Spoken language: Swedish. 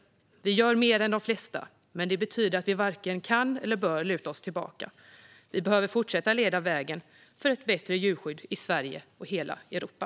Vi gör mer än de flesta, men det betyder inte att vi kan eller bör luta oss tillbaka. Vi behöver fortsätta att bana väg för ett bättre djurskydd i Sverige och hela Europa.